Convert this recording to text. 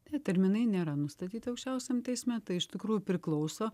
tie terminai nėra nustatyti aukščiausiam teisme tai iš tikrųjų priklauso